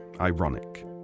ironic